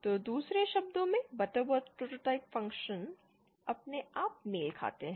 तो दूसरे शब्दों में बटरवर्थ प्रोटोटाइप फ़ंक्शन अपने आप मेल खाते हैं